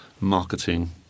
marketing